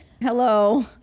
Hello